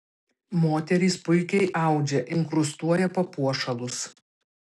moterys puikiai audžia inkrustuoja papuošalus